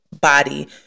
body